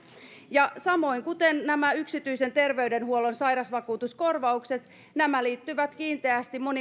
ja samoin kuten nämä yksityisen terveydenhuollon sairausvakuutuskorvaukset nämä liittyvät kiinteästi